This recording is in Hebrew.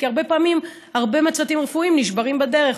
כי הרבה פעמים הרבה מהצוותים הרפואיים נשברים בדרך,